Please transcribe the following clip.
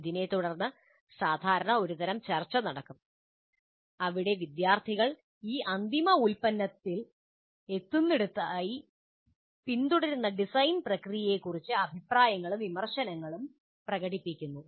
ഇതിനെത്തുടർന്ന് സാധാരണയായി ഒരുതരം ചർച്ച നടക്കും അവിടെ വിദ്യാർത്ഥികൾ ഈ അന്തിമ ഉൽപ്പന്നത്തിൽ എത്തുന്നതിനായി പിന്തുടരുന്ന ഡിസൈൻ പ്രക്രിയയെക്കുറിച്ച് അഭിപ്രായങ്ങളും വിമർശനങ്ങളും പ്രകടിപ്പിക്കുന്നു